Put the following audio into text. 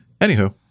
anywho